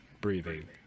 breathing